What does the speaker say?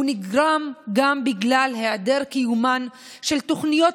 הוא נגרם גם בגלל היעדר קיומן של תוכניות